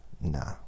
Nah